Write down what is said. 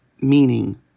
meaning